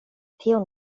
tion